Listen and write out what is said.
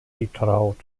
betraut